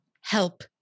help